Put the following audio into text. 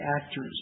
actors